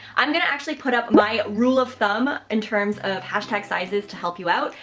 i'm going to actually put up my rule of thumb in terms of hashtag sizes to help you out.